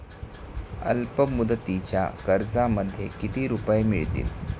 अल्पमुदतीच्या कर्जामध्ये किती रुपये मिळतील?